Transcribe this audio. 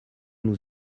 nous